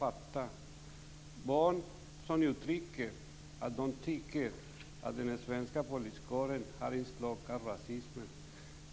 Jag beskriver att det finns barn som uttrycker att de tycker att den svenska poliskåren har inslag av rasism.